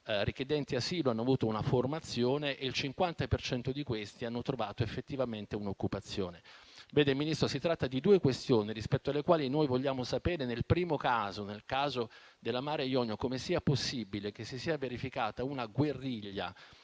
richiedenti asilo hanno avuto una formazione e il 50 per cento di questi hanno trovato effettivamente un'occupazione. Signor Ministro, si tratta di due questioni rispetto alle quali noi vogliamo sapere, nel caso della nave Mare Jonio, come sia possibile che si sia verificata una guerriglia